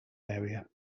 area